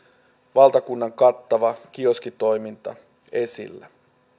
valtakunnan kattava kioskitoiminta esillä